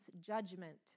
judgment